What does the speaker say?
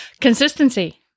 Consistency